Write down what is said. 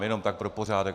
Jenom tak pro pořádek.